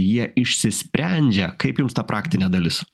jie išsisprendžia kaip jums ta praktinė dalis